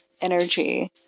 energy